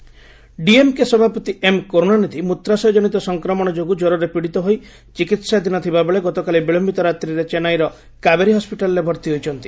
Karunanidhi hospital DMK ସଭାପତି M Karunanidhi ମୃତ୍ରାଶୟ ଜନିତ ସଂକ୍ରମଣ ଯୋଗୁଁ କ୍ୱରରେ ପୀଡ଼ିତ ହୋଇ ଚିକିହାଧୀନ ଥିବାବେଳେ ଗତକାଲି ବିଳୟିତ ରାତିରେ ଚେନ୍ନାଇର କାବେରୀ ହସ୍କିଟାଲ୍ରେ ଭର୍ତ୍ତି ହୋଇଛନ୍ତି